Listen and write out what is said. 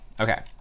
Okay